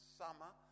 summer